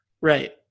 right